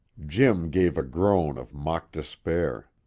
jim gave a groan of mock despair.